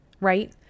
right